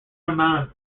amount